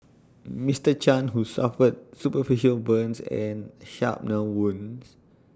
Mister chan who suffered superficial burns and shrapnel wounds